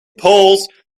polls